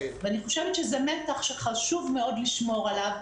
זה מתח שחשוב מאוד לשמור עליו.